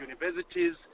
universities